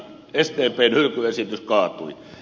sdpn hylkyesitys kaatui